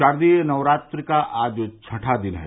शारदीय नवरात्रि का आज छठा दिन है